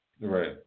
right